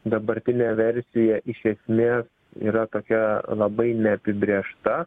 dabartinė versija iš esmės yra tokia labai neapibrėžta